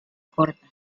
corta